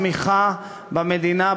הצמיחה במדינה,